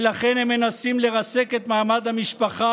ולכן הם מנסים לרסק את מעמד המשפחה,